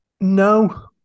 No